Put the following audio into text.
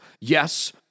Yes